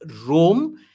Rome